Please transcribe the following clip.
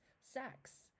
sex